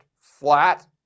flat